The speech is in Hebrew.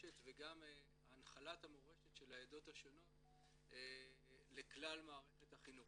המורשת וגם הנחלת המורשת של העדות השונות לכלל מערכת החינוך.